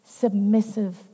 submissive